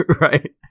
Right